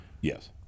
Yes